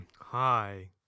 Hi